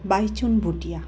Baichung Bhutia